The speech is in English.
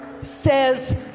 says